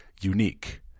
unique